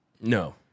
No